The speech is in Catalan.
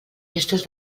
llistes